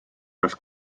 kas